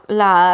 la